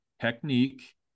technique